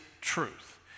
truth